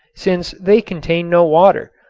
since they contain no water,